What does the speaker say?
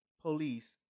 police